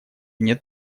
нет